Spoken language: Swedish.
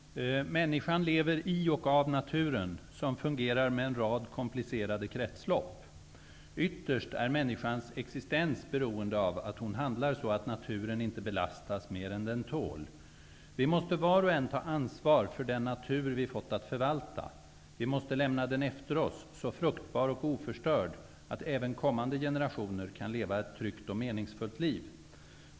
Herr talman! Människan lever i och av naturen, som fungerar med en rad komplicerade kretslopp. Ytterst är människans existens beroende av att hon handlar så att naturen inte belastas mer än den tål. Vi måste var och en ta ansvar för den natur vi fått att förvalta. Vi måste lämna den efter oss så fruktbar och oförstörd, att även kommande generationer kan leva ett tryggt och meningsfullt liv.